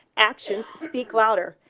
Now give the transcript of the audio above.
actions speak louder.